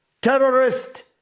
terrorist